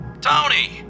Tony